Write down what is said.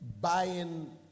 buying